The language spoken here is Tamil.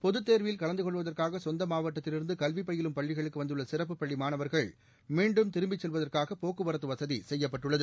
பொதுத்தேர்வில் கலந்து கொள்வதற்காக கொந்த மாவட்டத்தில் இருந்து கல்வி பயிலும் பள்ளிகளுக்கு வந்துள்ள சிறப்பு பள்ளி மாணவா்கள் மீண்டும் திரும்பிச் செல்வதற்காக போக்குவரத்து வசதி செய்யப்பட்டுள்ளது